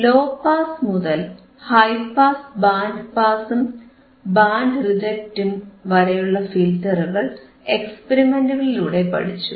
law pass മുതൽ high പാസും band പാസും ബാൻഡ് റിജക്ടും വരെയുള്ള ഫിൽറ്ററുകൾ എക്സ്പെരിമെന്റുകളിലൂടെ പഠിച്ചു